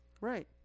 Right